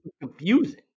confusing